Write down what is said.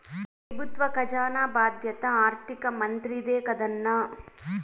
పెబుత్వ కజానా బాధ్యత ఆర్థిక మంత్రిదే కదన్నా